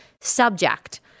subject